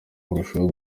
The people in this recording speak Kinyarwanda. kurushaho